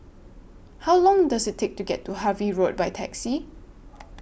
How Long Does IT Take to get to Harvey Road By Taxi